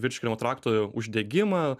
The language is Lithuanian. virškinimo trakto uždegimą